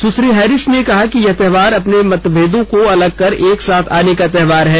सुश्री Harris ने कहा कि यह त्योहार अपने मतभेदों को अलग कर एकसाथ आने का त्योहार है